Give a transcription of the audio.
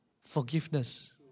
forgiveness